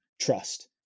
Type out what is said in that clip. trust